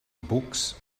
books